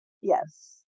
Yes